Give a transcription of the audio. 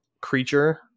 creature